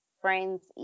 friends